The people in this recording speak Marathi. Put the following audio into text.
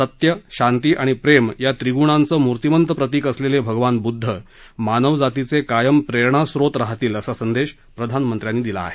सत्य शांती आणि प्रेम या व्रिग्णांचं मूर्तीमंत प्रतीक असलेले भगवान बुद्ध मानवजातीचे कायम प्रेरणास्रोत राहतील असा संदेश प्रधानमंत्र्यांनी दिला आहे